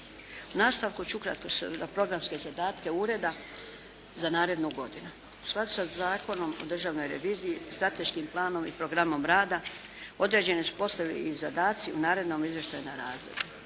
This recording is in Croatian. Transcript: U nastavku ću ukratko programske zadatke ureda za narednu godinu. U skladu sa Zakonom o državnoj reviziji, strateškim planom i programom rada određeni su poslovi i zadaci u narednom izvještajnom razdoblju.